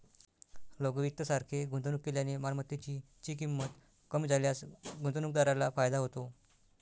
लघु वित्त सारखे गुंतवणूक केल्याने मालमत्तेची ची किंमत कमी झाल्यास गुंतवणूकदाराला फायदा होतो